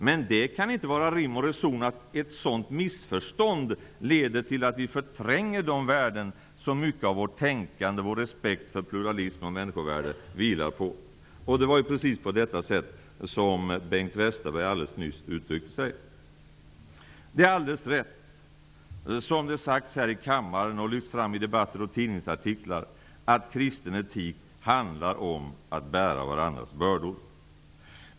Men det kan inte vara rim och reson att ett sådant missförstånd leder till att vi förtränger de värden som mycket av vårt tänkande, vår respekt för pluralism och människovärde vilar på. Det var precis på detta sätt som Bengt Westerberg alldeles nyss uttryckte sig. Det är alldeles rätt, som det sagts här i kammaren och lyfts fram i andra debatter och i tidningsartiklar, att kristen etik handlar om att bära varandras bördor.